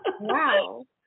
wow